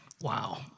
Wow